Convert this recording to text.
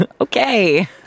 Okay